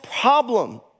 problem